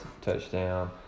touchdown